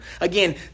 Again